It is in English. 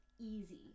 easy